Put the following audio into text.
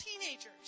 teenagers